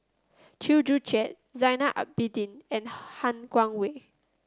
Chew Joo Chiat Zainal Abidin and Han Guangwei